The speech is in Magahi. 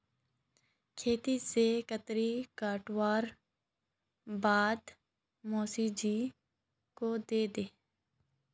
खेत से केतारी काटवार बाद मोसी जी को दे दे